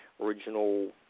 original